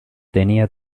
tenía